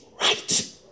right